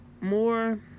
more